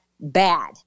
bad